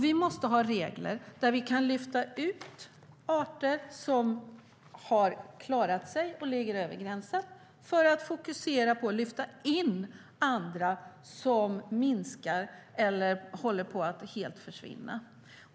Vi måste ha regler där vi kan lyfta ut arter som har klarat sig och ligger över gränsen, för att fokusera på att lyfta in andra som minskar eller håller på att helt försvinna.